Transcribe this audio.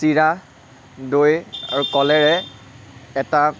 চিৰা দৈ আৰু কলেৰে এটা